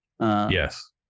Yes